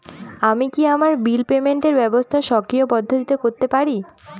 আমি কি আমার বিল পেমেন্টের ব্যবস্থা স্বকীয় পদ্ধতিতে করতে পারি?